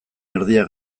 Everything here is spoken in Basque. erdia